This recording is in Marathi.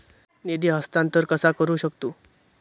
निधी हस्तांतर कसा करू शकतू?